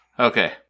Okay